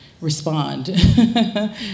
respond